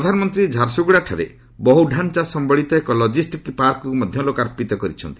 ପ୍ରଧାନମନ୍ତ୍ରୀ ଝାରସୁଗୁଡ଼ାଠାରେ ବହୁ ଡ଼ାଞ୍ଚା ସମ୍ଭଳିତ ଏକ ଲଜିଷ୍ଟିକ୍ ପାର୍କକୁ ମଧ୍ୟ ଲୋକାର୍ପିତ କରିଛନ୍ତି